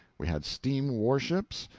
we had steam warships,